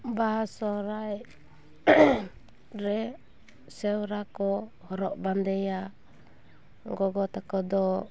ᱵᱟᱦᱟ ᱥᱚᱦᱨᱟᱭ ᱨᱮ ᱥᱮᱨᱣᱟᱠᱚ ᱦᱚᱨᱚᱜ ᱵᱟᱸᱫᱮᱭᱟ ᱜᱚᱜᱚ ᱛᱟᱠᱚ ᱫᱚ